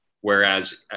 Whereas